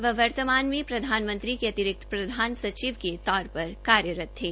वह वर्तमान में प्रधानमंत्री के अतिरिक्त प्रधान सचिव के तौर पर कार्यरत थे